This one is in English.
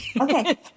Okay